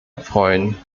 freuen